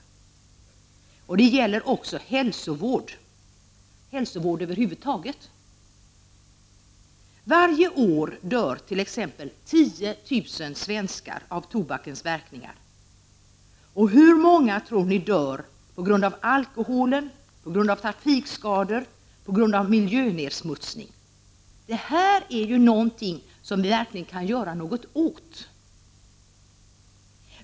Denna fråga gäller också hälsovården över huvud taget. Varje år dör t.ex. 10 000 svenskar av tobakens verkningar. Och hur många tror ni dör på grund av alkohol, trafikskador och miljönedsmutsning? Detta är skadeorsaker vi verkligen kan göra något åt.